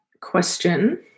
question